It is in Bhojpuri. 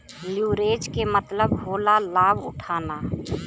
लिवरेज के मतलब होला लाभ उठाना